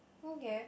okay